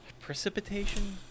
Precipitation